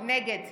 נגד